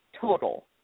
total